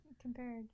Compared